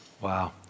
Wow